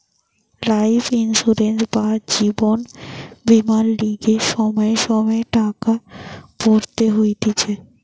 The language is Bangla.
লাইফ ইন্সুরেন্স বা জীবন বীমার লিগে সময়ে সময়ে টাকা ভরতে হতিছে